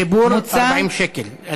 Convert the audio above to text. חיבור, 40 שקל.